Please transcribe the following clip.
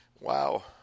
Wow